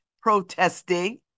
protesting